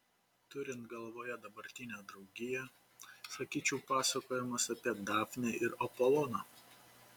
turint galvoje dabartinę draugiją sakyčiau pasakojimas apie dafnę ir apoloną